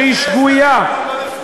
שהיא שגויה.